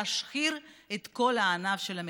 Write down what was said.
להשחיר את כל הענף של המטפלות.